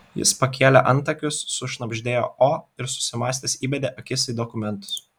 jis pakėlė antakius sušnabždėjo o ir susimąstęs įbedė akis į dokumentus